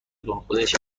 تون، خودش